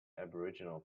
aboriginal